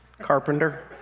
carpenter